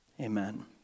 Amen